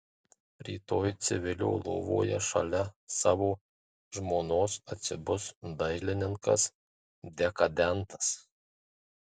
rytoj civilio lovoje šalia savo žmonos atsibus dailininkas dekadentas